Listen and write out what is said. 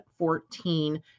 14